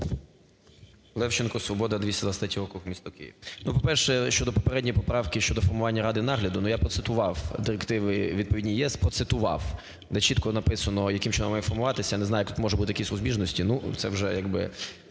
Левченко, "Свобода", 223 округ, місто Київ. Ну, по-перше, щодо попередньої поправки щодо формування ради нагляду, ну, я процитував – директиви відповідні є – процитував, де чітко написано, яким чином має формуватися. Я не знаю, як можуть бути якісь розбіжності. Ну, це вже… хай